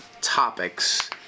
topics